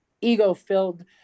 ego-filled